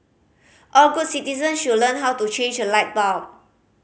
all good citizens should learn how to change a light bulb